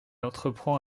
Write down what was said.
entreprend